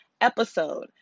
episode